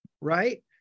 right